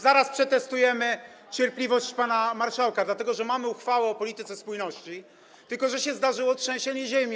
Zaraz przetestujemy cierpliwość pana marszałka, dlatego że mamy uchwałę o polityce spójności, tylko że się od tego czasu zdarzyło trzęsienie ziemi.